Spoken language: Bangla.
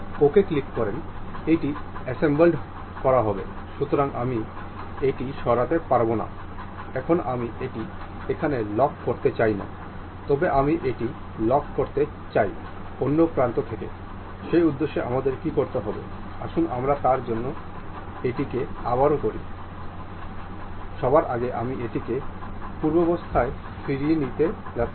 একইভাবে যদি একবার এটি ভেঙে পড়ে তবে আমরা এটি এক্সপ্লোর করা অ্যানিমেট এক্সপ্লোর করা হিসাবেও প্রাণবন্ত করতে পারি